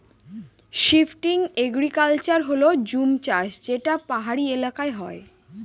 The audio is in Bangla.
শিফটিং এগ্রিকালচার হল জুম চাষ যেটা পাহাড়ি এলাকায় করা হয়